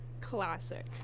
classic